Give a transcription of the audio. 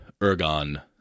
Ergon